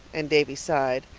and davy sighed.